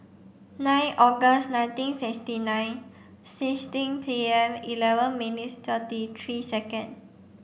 nine August nineteen sixty nine sixteen P M eleven minutes thirty three second